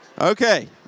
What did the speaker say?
Okay